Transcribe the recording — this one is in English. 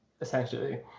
essentially